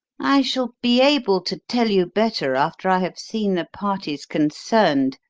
i shall be able to tell you better after i have seen the parties concerned,